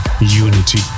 Unity